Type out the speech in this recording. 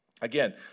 Again